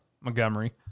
Montgomery